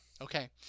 Okay